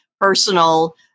personal